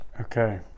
Okay